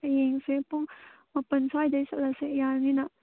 ꯍꯌꯦꯡꯁꯦ ꯄꯨꯡ ꯃꯄꯥꯜ ꯁ꯭ꯋꯥꯏꯗꯒꯤ ꯆꯠꯂꯁꯦ ꯌꯥꯅꯤꯅ